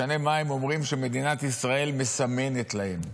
משנה מה הם אומרים שמדינת ישראל מסמנת להם.